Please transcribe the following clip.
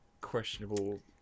questionable